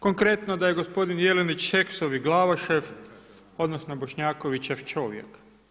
Konkretno, da je gospodin Jelinić Šeksov i Glavašev, odnosno Bošnjakovićev čovjek.